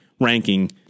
ranking